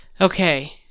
Okay